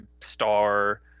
star